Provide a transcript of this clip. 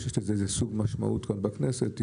היום: יישום הרפורמה בבנקאות והקיצוץ במסגרות האשראי.